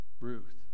Ruth